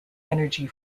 energy